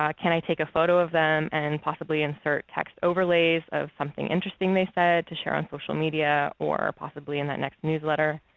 ah can i take a photo of them and possibly insert text overlays of something interesting they said to share on social media, or possibly in that next newsletter.